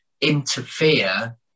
interfere